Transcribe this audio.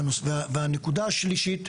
הנקודה השלישית,